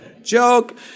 Joke